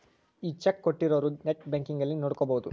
ಈ ಚೆಕ್ ಕೋಟ್ಟಿರೊರು net banking ಅಲ್ಲಿ ನೋಡ್ಕೊಬೊದು